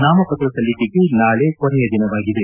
ನಾಮಪತ್ರ ಸಲ್ಲಿಕೆಗೆ ನಾಳೆ ಕೊನೆಯ ದಿನವಾಗಿದೆ